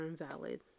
invalid